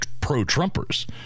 pro-Trumpers